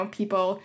people